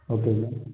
okay sir